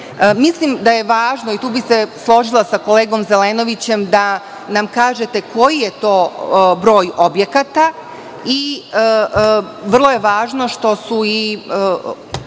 Mislim da je važno, i tu bih se složila sa kolegom Zelenovićem, da nam kažete koji je toj broj objekata. Vrlo je važno što su i